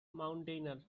mountaineer